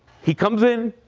he comes in,